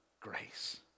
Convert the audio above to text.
grace